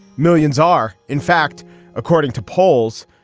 millions are in fact according to polls.